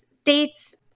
States